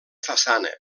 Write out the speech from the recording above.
façana